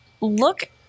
Look